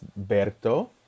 Berto